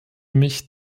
mich